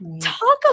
talk